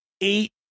eight